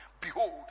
Behold